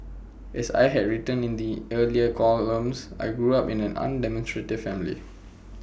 as I had written in my earlier columns I grew up in an undemonstrative family